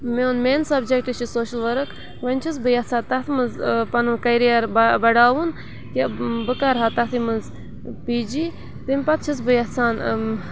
میون مین سَبجَکٹ چھُ سوشَل ؤرٕک وَنۍ چھَس بہٕ یَژھان تَتھ منٛز پَنُن کٔریَر بَڑاوُن کہِ بہٕ کَرٕ ہا تَتھٕے منٛز پی جی تمہِ پَتہٕ چھَس بہٕ یَژھان